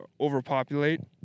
overpopulate